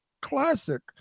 classic